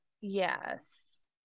Yes